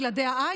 בלעדיה אין.